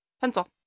Pencil